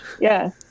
Yes